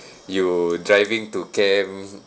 you driving to camp